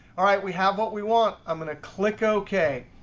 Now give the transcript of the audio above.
all right, we have what we want. i'm going to click ok.